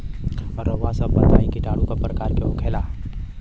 रउआ सभ बताई किटाणु क प्रकार के होखेला?